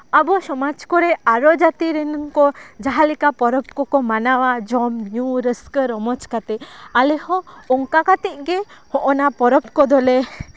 ᱟᱵᱚ ᱥᱚᱢᱟᱡᱽ ᱠᱚᱨᱮᱜ ᱟᱨᱚ ᱡᱟᱹᱛᱤ ᱨᱮᱱ ᱠᱚ ᱡᱟᱦᱟᱸ ᱞᱮᱠᱟ ᱯᱚᱨᱚᱵᱽ ᱠᱚᱠᱚ ᱢᱟᱱᱟᱣᱟ ᱡᱚᱢ ᱧᱩ ᱨᱟᱹᱥᱠᱟᱹ ᱨᱚᱢᱚᱡᱽ ᱠᱟᱛᱮᱫ ᱟᱞᱮ ᱦᱚᱸ ᱚᱱᱠᱟ ᱠᱟᱛᱮᱫ ᱜᱮ ᱦᱚᱸᱜ ᱱᱟ ᱯᱚᱨᱚᱵᱽ ᱠᱚᱫᱚᱞᱮ